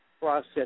process